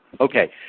Okay